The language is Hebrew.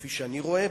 כפי שאני רואה,